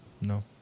No